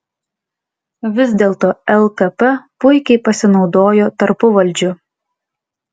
vis dėlto lkp puikiai pasinaudojo tarpuvaldžiu